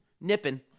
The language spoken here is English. nipping